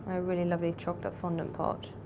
really lovely chocolate fondant pot.